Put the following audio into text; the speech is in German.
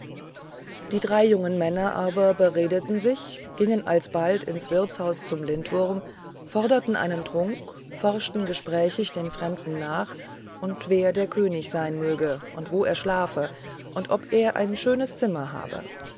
die drei jungen männer aber beredeten sich gingen alsbald ins wirtshaus zum lindwurm forderten einen trunk forschten gesprächig den fremden nach und wer der könig sein möge und wo er schlafe und ob er ein schönes zimmer habe